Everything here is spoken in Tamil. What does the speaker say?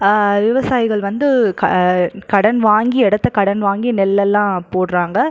விவசாயிகள் வந்து க கடன் வாங்கி இடத்த கடன் வாங்கி நெல்லெல்லாம் போடுறாங்க